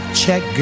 check